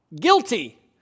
guilty